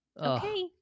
okay